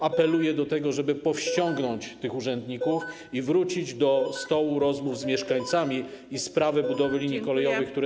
Apeluję, żeby powściągnąć tych urzędników, wrócić do stołu rozmów z mieszkańcami i sprawę budowy linii kolejowych, które.